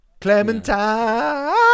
Clementine